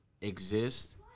exist